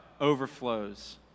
overflows